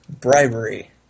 Bribery